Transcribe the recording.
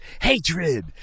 Hatred